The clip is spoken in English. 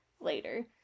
later